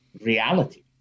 reality